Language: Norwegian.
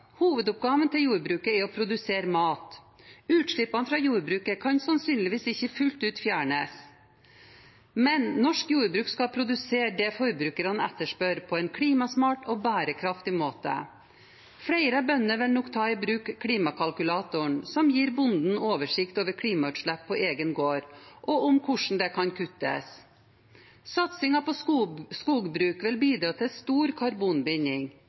Hovedoppgaven til jordbruket er å produsere mat. Utslippene fra jordbruket kan sannsynligvis ikke fjernes fullt ut, men norsk jordbruk skal produsere det forbrukerne etterspør, på en klimasmart og bærekraftig måte. Flere bønder vil nok ta i bruk klimakalkulatoren, som gir bonden oversikt over klimautslipp på egen gård, og over hvordan det kan kuttes. Satsingen på skogbruk vil bidra til stor karbonbinding.